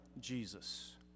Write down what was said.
Jesus